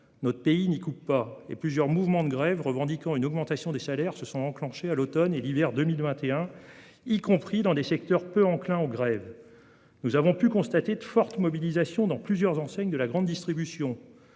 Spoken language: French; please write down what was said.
Notre pays n'y coupe pas. Plusieurs mouvements de grève revendiquant une augmentation des salaires se sont enclenchés à l'automne et à l'hiver 2021, y compris dans des secteurs peu enclins aux grèves. Nous avons pu ainsi constater de fortes mobilisations dans plusieurs enseignes de la grande distribution.